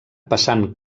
passant